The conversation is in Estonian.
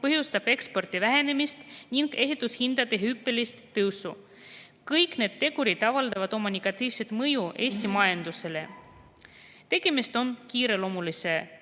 põhjustab ekspordi vähenemist ning ehitushindade hüppelist tõusu. Kõik need tegurid avaldavad negatiivset mõju Eesti majandusele. Tegemist on kiireloomulise